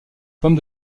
pomme